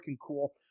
cool